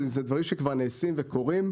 זה דברים שכבר נעשים וקורים.